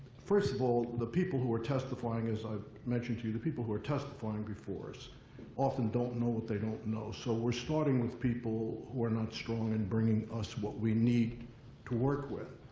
first of all, the people who are testifying, as i've mentioned to you, the people who are testifying before us often don't know what they don't know. so we're starting with people who are not strong in bringing us what we need to work with.